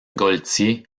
gaultier